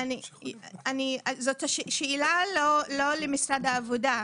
זאת לא שאלה למשרד העבודה.